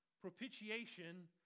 propitiation